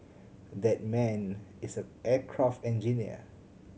that man is a aircraft engineer